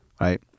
right